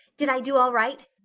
did i do all right?